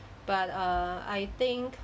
but err I think